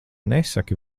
nesaki